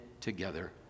together